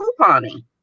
couponing